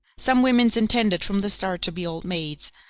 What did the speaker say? some women's intended from the start to be old maids,